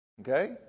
Okay